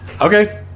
Okay